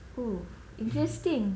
oh interesting